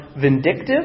vindictive